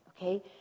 okay